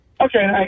Okay